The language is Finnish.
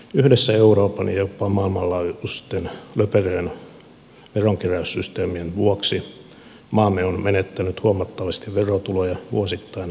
yhdessä euroopan ja jopa maailmanlaajuisten löperöjen veronkeräyssysteemien vuoksi maamme on menettänyt huomattavasti verotuloja vuosittain viime vuosina